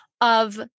of-